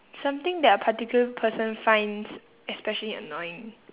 something that a particular person finds especially annoying